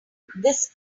this